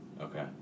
Okay